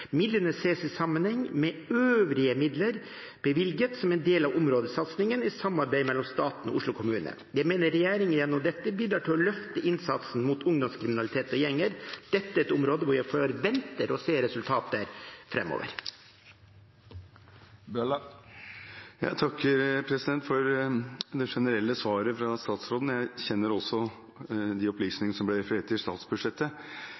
Midlene ses i sammenheng med øvrige midler bevilget som en del av områdesatsingen i samarbeid mellom staten og Oslo kommune. Jeg mener regjeringen gjennom dette bidrar til å løfte innsatsen mot ungdomskriminalitet og gjenger. Dette er et område hvor jeg forventer å se resultater framover. Jeg takker for det generelle svaret fra statsråden. Jeg kjenner også de opplysningene som det ble referert til i statsbudsjettet.